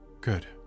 Good